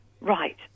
Right